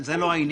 זה לא העניין.